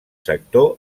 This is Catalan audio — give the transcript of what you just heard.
sector